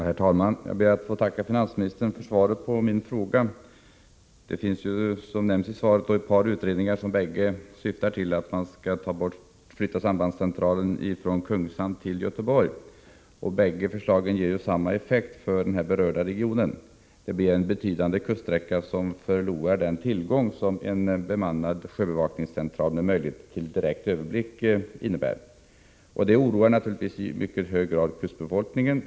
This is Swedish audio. Herr talman! Jag ber att få tacka finansministern för svaret på min fråga. Det finns, som nämndes i svaret, ett par utredningar som bägge syftar till att flytta sambandscentralen från Kungshamn till Göteborg. Bägge förslagen ger samma effekt för den berörda regionen. En betydande kuststräcka förlorar den tillgång som en bemannad sjöbevakningscentral med möjlighet till direkt överblick innebär. Detta oroar naturligtvis i mycket hög grad kustbefolkningen.